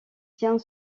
tient